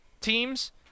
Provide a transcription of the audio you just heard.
teams